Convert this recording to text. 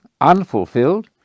unfulfilled